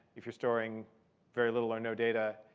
if you're storing very little or no data,